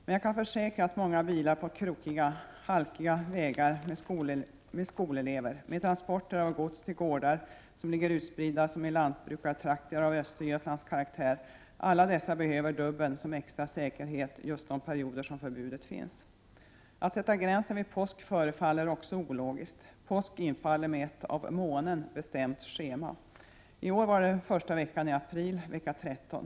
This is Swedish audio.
Men jag kan försäkra att alla bilar som kör på krokiga, halkiga vägar med skolelever och med transporter av gods till gårdar som ligger utspridda såsom är fallet i lantbrukartrakter av Östergötlands karaktär, behöver dubben som extra säkerhet under just de perioder som förbudet gäller. Att sätta gränsen vid påsk förefaller också ologiskt. Påsk infaller enligt ett bestämt schema som beror på månen. I år inföll påsken under den första veckan i april, vecka 13.